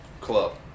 club